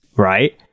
Right